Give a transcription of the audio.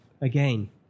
again